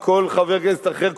מכל חבר כנסת אחר,